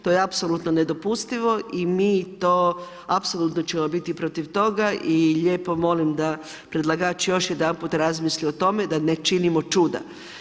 To je apsolutno nedopustivo i mi to, apsolutno ćemo biti protiv toga i lijepo molim da predlagači još jedanput razmisle o tome, da ne činimo čuda.